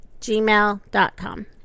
gmail.com